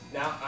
Now